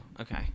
okay